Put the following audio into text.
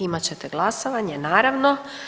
Imat ćete glasovanje naravno.